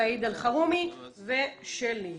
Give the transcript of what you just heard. סעיד אלחרומי ושלי.